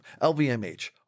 LVMH